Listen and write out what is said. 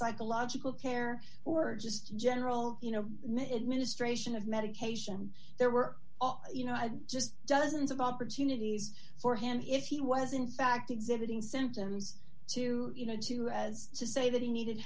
psychological care or just general you know mitt ministration of medication there were all you know i just dozens of opportunities for him if he was in fact exhibiting symptoms to you know to as to say that he needed